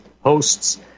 hosts